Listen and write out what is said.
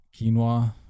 Quinoa